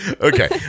Okay